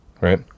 Right